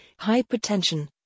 hypertension